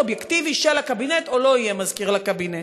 אובייקטיבי לקבינט או שלא יהיה מזכיר לקבינט.